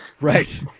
Right